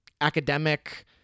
academic